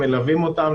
מלווים אותם,